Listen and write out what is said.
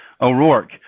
O'Rourke